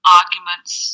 arguments